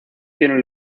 tiene